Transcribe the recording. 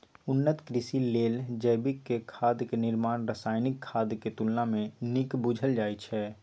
उन्नत कृषि लेल जैविक खाद के निर्माण रासायनिक खाद के तुलना में नीक बुझल जाइ छइ